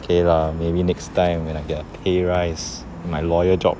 K lah maybe next time when I get a pay rise in my lawyer job